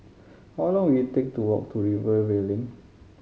how long will it take to walk to Rivervale Lane